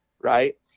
right